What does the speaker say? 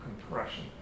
compression